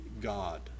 God